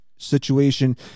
Situation